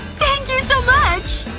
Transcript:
thank you so much!